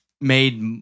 made